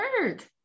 work